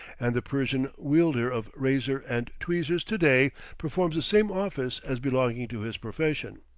and the persian wielder of razor and tweezers to-day performs the same office as belonging to his profession.